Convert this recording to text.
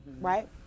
right